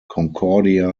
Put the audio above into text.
concordia